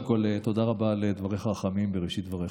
קודם כול תודה רבה על דבריך החמים בראשית דבריך.